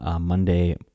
Monday